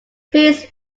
please